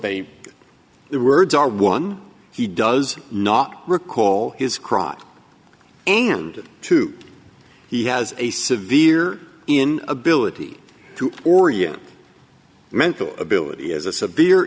are the words are one he does not recall his crotch and two he has a severe in ability to orient mental ability is a severe